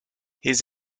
his